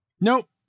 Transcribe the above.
Nope